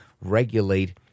regulate